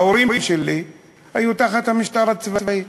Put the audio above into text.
ההורים שלי היו תחת המשטר הצבאי.